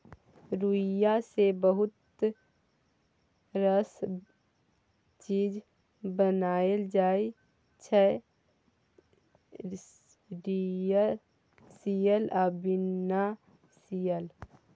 रुइया सँ बहुत रास चीज बनाएल जाइ छै सियल आ बिना सीयल